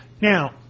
Now